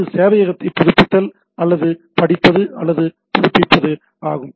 இது சேவையகத்தைப் புதுப்பித்தல் அல்லது படிப்பது அல்லது புதுப்பிப்பது அதிகம்